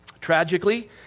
Tragically